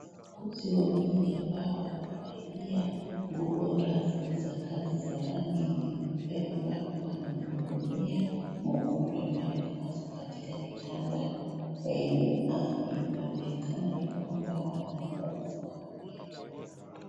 Wauguzi wawili ambao wamevalia nguo rasmi za kazi za rangi nyeupe ambapo wanamhudumia mgonjwa ambaye amelazwa katika kitanda na inaonekana ni kwamba wanamng'oa meno.